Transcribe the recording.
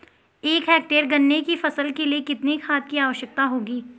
एक हेक्टेयर गन्ने की फसल के लिए कितनी खाद की आवश्यकता होगी?